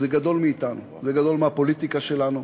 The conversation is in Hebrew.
זה גדול מאתנו, זה גדול מהפוליטיקה שלנו.